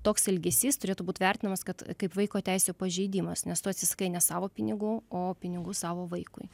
toks elgesys turėtų būt vertinamas kad kaip vaiko teisių pažeidimas nes tu atsisakai ne savo pinigų o pinigų savo vaikui